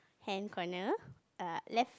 hand corner err left